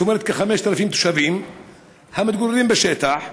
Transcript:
זאת אומרת כ-5,000 תושבים המתגוררים בשטח,